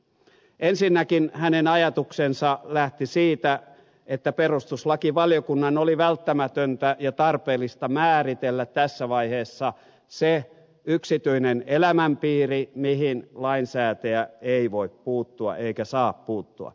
ensinnäkin hänen ajatuksensa lähti siitä että perustuslakivaliokunnan oli välttämätöntä ja tarpeellista määritellä tässä vaiheessa se yksityinen elämänpiiri mihin lainsäätäjä ei voi puuttua eikä saa puuttua